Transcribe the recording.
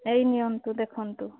ଏଇ ନିଅନ୍ତୁ ଦେଖନ୍ତୁ